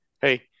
hey